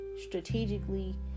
strategically